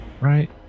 right